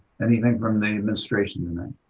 anything from the administration tonight?